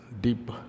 deep